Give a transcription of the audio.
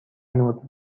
نور